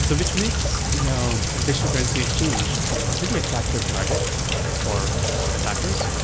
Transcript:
so which makes you know a digital currency exchange you know a pretty attractive target for attackers.